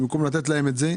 במקום לתת להם את זה,